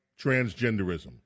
transgenderism